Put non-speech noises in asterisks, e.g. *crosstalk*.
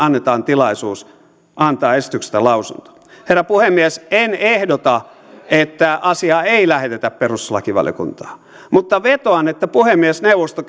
*unintelligible* annetaan tilaisuus antaa esityksestä lausunto herra puhemies en ehdota että asiaa ei lähetetä perustuslakivaliokuntaan mutta vetoan että puhemiesneuvosto *unintelligible*